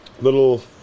little